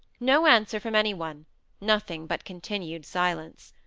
no answer from any one nothing but continued silence.